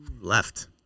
Left